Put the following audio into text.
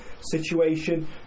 situation